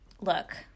look